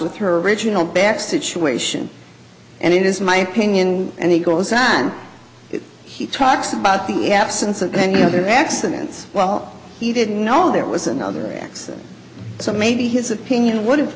with her original back situation and it is my opinion and he goes on he talks about the absence of any other accidents well he didn't know there was another accident so maybe his opinion would have